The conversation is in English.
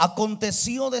Aconteció